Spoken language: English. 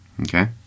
Okay